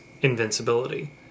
invincibility